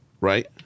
Right